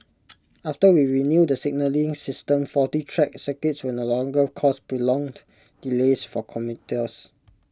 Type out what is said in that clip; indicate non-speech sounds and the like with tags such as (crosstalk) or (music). (noise) after we renew the signalling system faulty track circuits will no longer cause prolonged delays for commuters